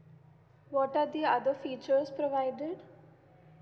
what are the other features provided